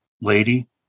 lady